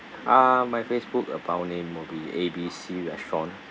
uh my Facebook account name would be A B C restaurant